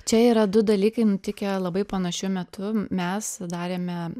čia yra du dalykai nutikę labai panašiu metu mes darėme